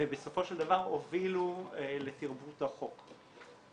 ובסופו של דבר הובילו לטרפוד החוק.